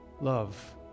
love